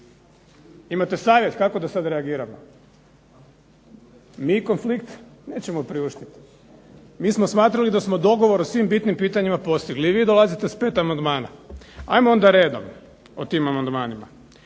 Imate savjet kako da sad reagiramo? Mi konflikt nećemo priuštiti, mi smo smatrali da smo dogovor o svim bitnim pitanjima postigli i vi dolazite s pet amandmana. Ajmo onda redom o tim amandmanima.